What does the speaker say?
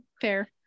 fair